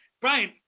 Brian